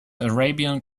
arabian